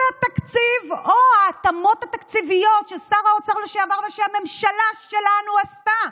זה התקציב או ההתאמות התקציביות ששר האוצר לשעבר ושהממשלה שלנו עשו.